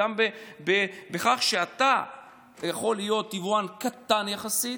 גם בכך שאתה יכול להיות יבואן קטן יחסית